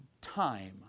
time